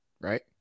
right